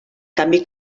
canvi